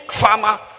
farmer